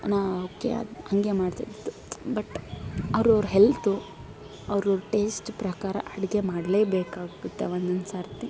ನಾನು ಓಕೆ ಹಾಗೆ ಮಾಡ್ತಾಯಿದ್ದಿದ್ದು ಬಟ್ ಅವ್ರವ್ರ ಹೆಲ್ತು ಅವ್ರವ್ರ ಟೇಸ್ಟ್ ಪ್ರಕಾರ ಅಡುಗೆ ಮಾಡಲೇಬೇಕಾಗುತ್ತೆ ಒಂದೊಂದು ಸರತಿ